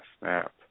snap